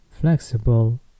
flexible